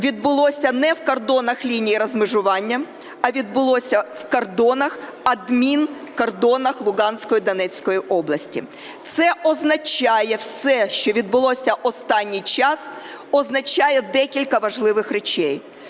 відбулося не в кордонах лінії розмежування, а відбулося в кордонах, адмінкордонах Луганської і Донецької області. Це означає, все, що все відбулося останній час, означає декілька важливих речей.